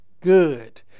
good